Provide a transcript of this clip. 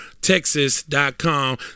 texas.com